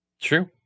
True